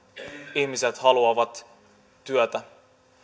ihmiset haluavat työtä